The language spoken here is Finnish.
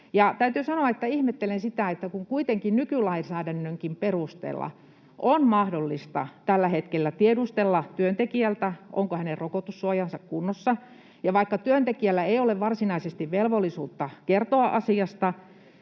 Täytyy sanoa, että ihmettelen sitä, kun kuitenkin nykylainsäädännönkin perusteella on mahdollista tällä hetkellä tiedustella työntekijältä, onko hänen rokotussuojansa kunnossa, ja vaikka työntekijällä ei ole varsinaisesti velvollisuutta kertoa asiasta,